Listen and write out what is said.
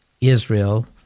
Israel